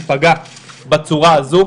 ייפגע בצורה הזו.